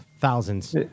Thousands